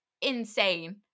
insane